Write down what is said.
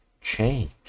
change